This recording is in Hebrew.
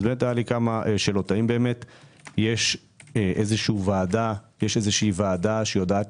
זה מעלה כמה שאלות האם יש ועדה שיודעת